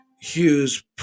Hughes